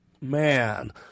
Man